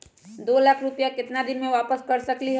दो लाख रुपया के केतना दिन में वापस कर सकेली?